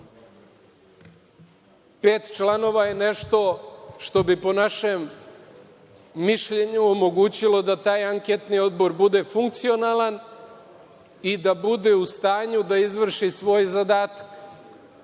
članova je nešto, što bi po našem mišljenju, omogućilo da taj anketni odbor bude funkcionalan i da bude u stanju da izvrši svoj zadatak. Ukoliko